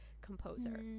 composer